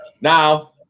Now